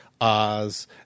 Oz